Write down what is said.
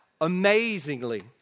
amazingly